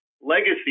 legacy